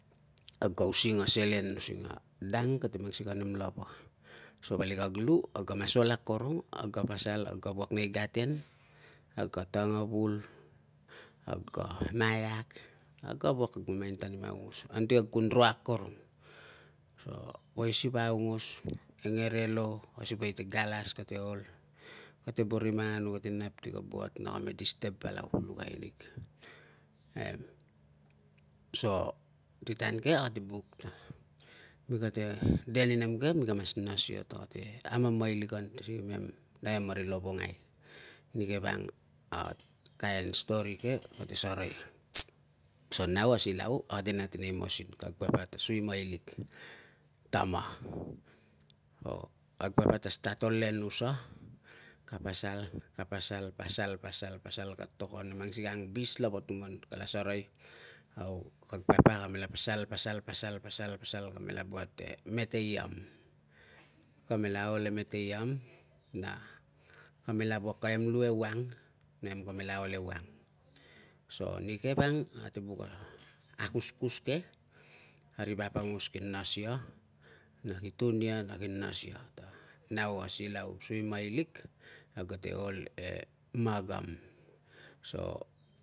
Kag ka using a selen using a dang kate mang sikei a nem lava. So vali lu, kag ka mas ol akorong, kag ka pasal, kag ka ol nei gaten, kag ka tanga vul, kag ka maiak, kag ka wuak ni mamain ta nem aungos anti kag kun ro akorong. So, poi siva aungos e ngerelo a siva i te galas kate ol, ate boro i manganu kate nap ti ka buat na kame disturb palau pulukai nig. so, si tan ke ate buk ta mi kate de ni nem ke, mi ka mas nas ia ta kate amamailikan tiri nem. Namem a ri lovongai, nike vanga kain story ke kate sarai so nau a silau, ate nat i nei masin, kag papa ta suimailik tama. Kag papa ta start ol e nusa, ka pasal, ka pasal, pasal, pasal, pasal ka tokon a mang sikei a angbis lava tuman kala sarai au kag papa kamela pasal, pasal, pasal, pasal, pasal kamela buat e meteiang. Kamela ol e meteiang na kamela wuak kamem lu ewang, namem ka mela ol ewang. So nike wang ate buk a akuskus ke ta ri vap aungos ki nas ia na ki tun ia na ki nas ia ta nau a silau o suimailik kag ate ol e magam. So